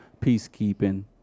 peacekeeping